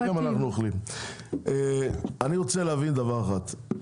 אני רוצה להבין דבר אחד,